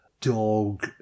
dog